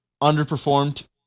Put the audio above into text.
underperformed